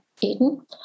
Eden